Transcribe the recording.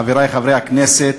חברי חברי הכנסת,